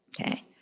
Okay